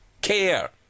care